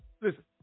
listen